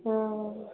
हुँ